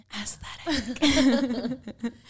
Aesthetic